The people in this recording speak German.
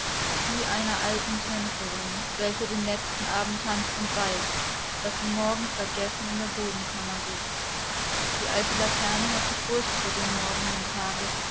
wie einer alten tänzerin welche den letzten abend tanzt und weiß daß sie morgen vergessen in der bodenkammer sitzt die laterne hatte furcht vor dem morgenden tage